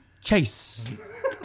Chase